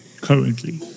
currently